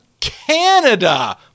Canada